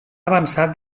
avançat